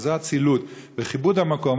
כזו אצילות בכיבוד המקום.